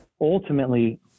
ultimately